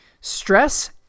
Stress